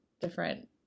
different